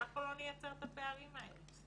אנחנו לא נייצר את הפערים האלה.